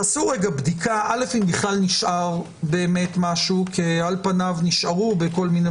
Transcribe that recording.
עשו בדיקה אם בכלל נשאר משהו כי על פניו נשארו.